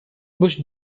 bush